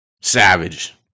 Savage